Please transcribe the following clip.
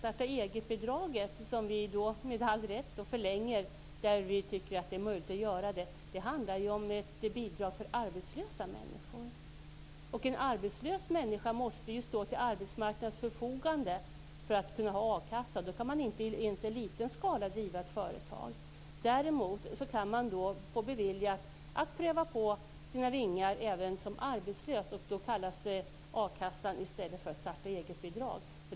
Starta-eget-bidraget, som vi med all rätt förlänger där vi tycker att det är möjligt att göra det, handlar om bidrag för arbetslösa människor. En arbetslös människa måste ju stå till arbetsmarknadens förfogande för att kunna ha a-kassa. Då kan man inte ens i liten skala driva ett företag. Däremot kan man även som arbetslös få beviljat att pröva sina vingar, och då kallas a-kassan starta-eget-bidrag.